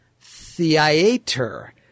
Theater